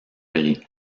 brie